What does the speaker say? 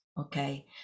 okay